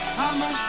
I'ma